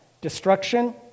destruction